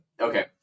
Okay